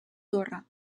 torre